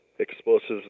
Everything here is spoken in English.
explosives